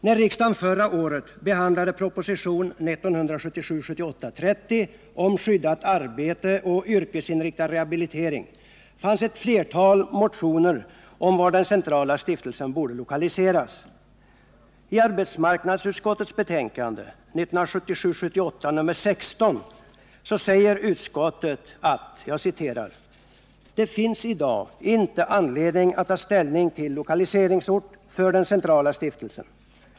När riksdagen förra året behandlade proposition 1977 78:16 säger utskottet: ”Det finns idag inte anledning att ta ställning till lokaliseringsort för den centrala stiftelsen.